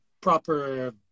proper